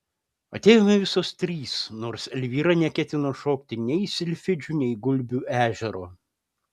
atėjome visos trys nors elvyra neketino šokti nei silfidžių nei gulbių ežero